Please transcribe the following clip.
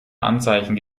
anzeichen